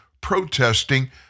protesting